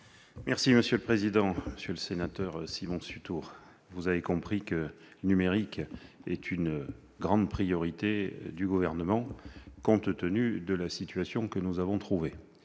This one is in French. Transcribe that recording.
territoires. Monsieur le sénateur, vous avez compris que le numérique est une grande priorité du Gouvernement, compte tenu de la situation que nous avons trouvée